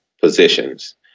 positions